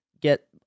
get